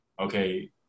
okay